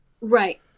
Right